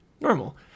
normal